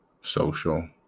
social